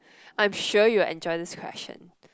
I am sure you enjoy this question